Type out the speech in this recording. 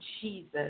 Jesus